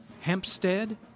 Hempstead